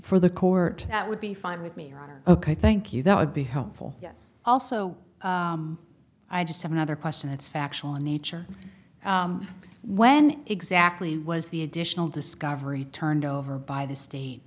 for the court that would be fine with me ok thank you that would be helpful yes also i just have another question that's factual in nature when exactly was the additional discovery turned over by the state